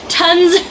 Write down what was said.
tons